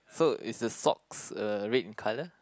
so is the socks uh red in colour